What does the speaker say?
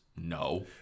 No